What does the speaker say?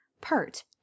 pert